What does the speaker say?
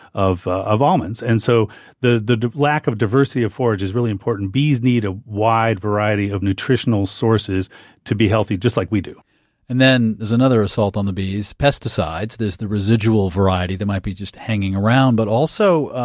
of of almonds. and so the the lack of diversity of forage is really important. bees need a wide variety of nutritional sources to be healthy just like we do and then there's another assault on the bees, pesticides. there's the residual variety that might be just hanging around. but also,